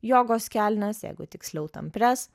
jogos kelnes jeigu tiksliau tampres